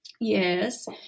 Yes